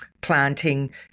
planting